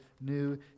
new